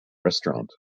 restaurant